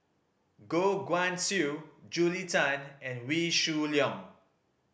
Goh Guan Siew Julia Tan and Wee Shoo Leong